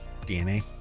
DNA